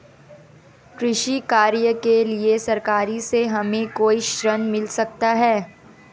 कृषि कार्य के लिए सरकार से हमें कोई ऋण मिल सकता है?